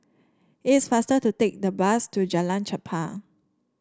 it is faster to take the bus to Jalan Chempah